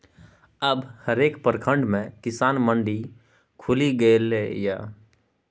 अब हरेक प्रखंड मे किसान मंडी खुलि गेलै ये